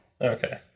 Okay